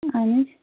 اَہَن حظ